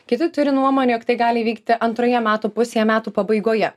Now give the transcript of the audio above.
kiti turi nuomonę jog tai gali įvykti antroje metų pusėje metų pabaigoje